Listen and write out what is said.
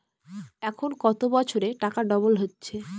এখন কত বছরে টাকা ডবল হচ্ছে?